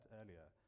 earlier